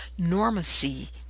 normacy